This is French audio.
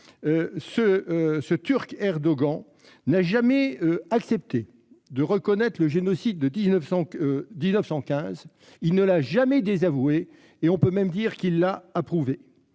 entendu, il n'a jamais accepté de reconnaître le génocide de 1915. Il ne l'a jamais désavoué et on peut même dire qu'il l'a approuvé.